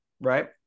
Right